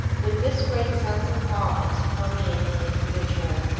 with this great sense of calmness permeating an individual,